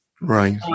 Right